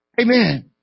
Amen